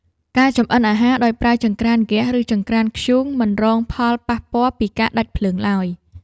ការចម្អិនអាហារដោយប្រើចង្រ្កានហ្គាស ឬចង្រ្កានធ្យូង មិនរងផលប៉ះពាល់ពីការដាច់ភ្លើងឡើយ។